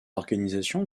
organisation